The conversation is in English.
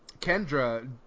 Kendra